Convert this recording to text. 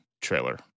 trailer